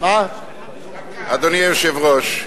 אדוני היושב-ראש,